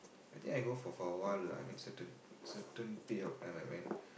I think I go for for a while lah I mean certain certain period of time I went